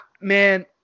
man